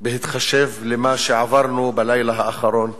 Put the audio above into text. בהתחשב במה שעברנו בלילה האחרון כאן,